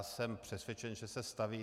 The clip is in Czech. Jsem přesvědčen, že se staví.